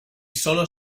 sólo